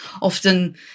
often